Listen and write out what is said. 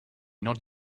not